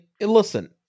Listen